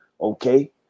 okay